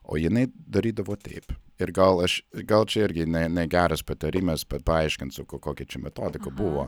o jinai darydavo taip ir gal aš gal čia irgi ne ne geras patarimas bet paaiškinsu ko kokia čia metodika buvo